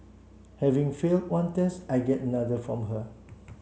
having failed one test I get another from her